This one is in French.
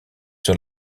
sur